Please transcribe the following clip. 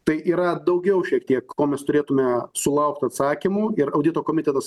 tai yra daugiau šiek tiek ko mes turėtume sulaukt atsakymų ir audito komitetas